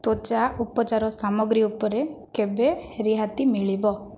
ତ୍ଵଚା ଉପଚାର ସାମଗ୍ରୀ ଉପରେ କେବେ ରିହାତି ମିଳିବ